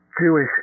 Jewish